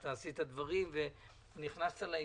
אתה עשית דברים ונכנסת לעניין.